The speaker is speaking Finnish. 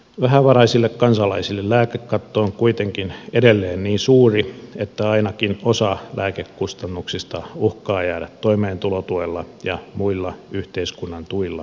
vähävaraisille kansalaisille lääkekatto on kuitenkin edelleen niin suuri että ainakin osa lääkekustannuksista uhkaa jäädä toimeentulotuella ja muilla yhteiskunnan tuilla kustannettavaksi